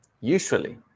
usually